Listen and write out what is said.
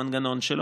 המנגנון שלו,